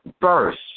first